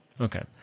Okay